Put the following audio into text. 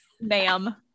ma'am